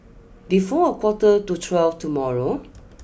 before a quarter to twelve tomorrow